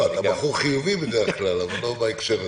אתה בחור חיובי בדרך כלל, אבל לא בהקשר הזה.